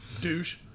douche